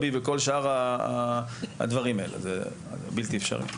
זה בלתי אפשרי.